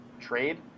trade